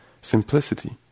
simplicity